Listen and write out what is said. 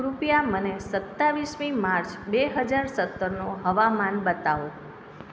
કૃપયા મને સત્તાવીસમી માર્ચ બે હજાર સત્તરનો હવામાન બતાવો